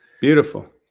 Beautiful